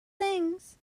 things